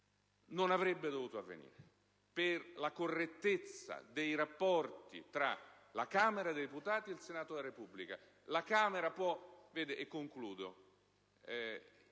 non avrebbe dovuto avvenire, per la correttezza dei rapporti tra la Camera dei deputati e il Senato della Repubblica. Io mi sono dimesso